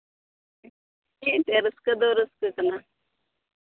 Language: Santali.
ᱦᱮᱸ ᱮᱱᱛᱮᱫ ᱨᱟᱹᱥᱠᱟᱹ ᱫᱚ ᱨᱟᱹᱥᱠᱟᱹ ᱠᱟᱱᱟ